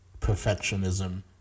perfectionism